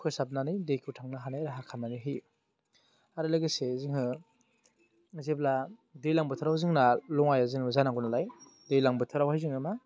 फोसाबानानै दैखौ थांनो हानाय राहा खालामनानै होयो आरो लोगोसे जोङो जेब्ला दैलां बोथोराव जोंना लङाया जोंनाव जानांगौ नालाय दैलां बोथोरावहाय जोङो मा